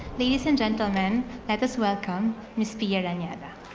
ladies and gentlemen, let us welcome miss pia and yeah and